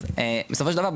אז בסופו של דבר,